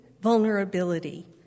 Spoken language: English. vulnerability